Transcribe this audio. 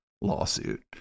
lawsuit